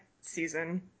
season